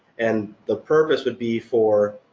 and the purpose would be for